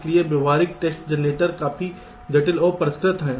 इसलिए व्यावहारिक test generator काफी जटिल और परिष्कृत हैं